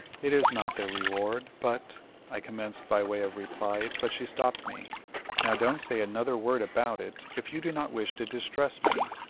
it is not the reward, but i commenced, by way of reply, but she stopped me now don't say another word about it, if you do not wish to distress me.